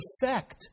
effect